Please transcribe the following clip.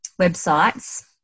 websites